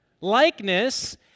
Likeness